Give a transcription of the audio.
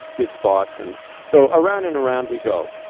gives thoughts and so around and around we go.